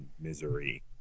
misery